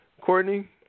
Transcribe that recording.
Courtney